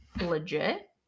legit